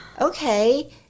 okay